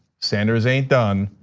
sanders ain't done.